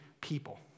people